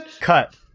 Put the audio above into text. cut